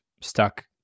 stuck